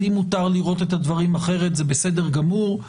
לי מותר לראות את הדברים אחרת זה בסדר גמור,